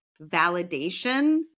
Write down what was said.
validation